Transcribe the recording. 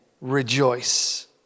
rejoice